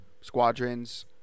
squadrons